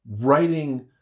writing